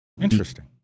Interesting